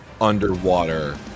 underwater